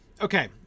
okay